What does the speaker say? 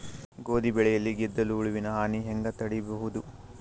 ಗೋಧಿ ಬೆಳೆಯಲ್ಲಿ ಗೆದ್ದಲು ಹುಳುವಿನ ಹಾನಿ ಹೆಂಗ ತಡೆಬಹುದು?